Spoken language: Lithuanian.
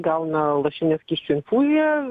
gauna lašinę skysčių infuziją